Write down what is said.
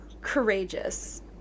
Courageous